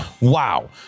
Wow